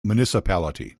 municipality